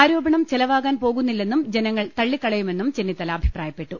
ആരോപണം ചെലവാകാൻ പോകുന്നില്ലെന്നും ജനങ്ങൾ തള്ളി ക്കളയുമെന്നും ചെന്നിത്തല അഭിപ്രായപ്പെട്ടു